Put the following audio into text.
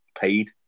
paid